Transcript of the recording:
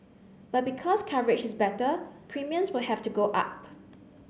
but because coverage is better premiums will have to go up